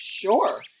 Sure